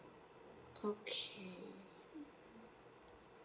okay